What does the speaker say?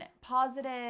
positive